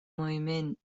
moviment